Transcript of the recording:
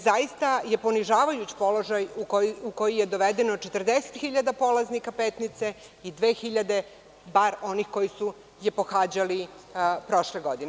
Zaista je ponižavajuć položaj u koji je dovedeno 40.000 polaznika Petnice i 2.000 bar onih koji su je pohađali prošle godine.